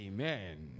Amen